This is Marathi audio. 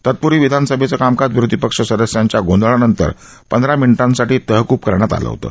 तत्प्वीं विधानसभेचं कामकाज विरोधी पक्ष सदस्यांच्या गोंधळानंतर पंधरा मिनिटांसाठी तहकूब करण्यात आलं होतं